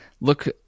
look